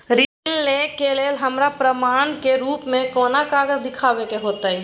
ऋण लय के लेल हमरा प्रमाण के रूप में कोन कागज़ दिखाबै के होतय?